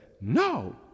no